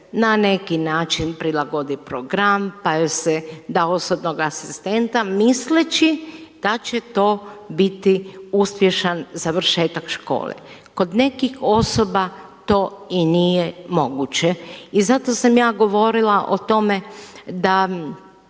na neki način prilagodi program pa joj se da osobnog asistenta misleći da će to biti uspješan završetak škole. Kod nekih osoba to i nije moguće. I zato sam ja govorila o tome da